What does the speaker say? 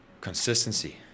Consistency